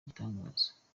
igitangaza